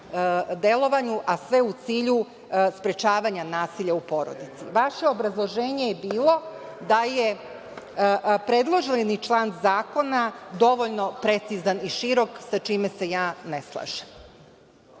delovanju, a sve u cilju sprečavanja nasilja u porodici. Vaše obrazloženje je bilo da je predloženi član zakona dovoljno precizan i širok, sa čime se ja ne slažem.